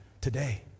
today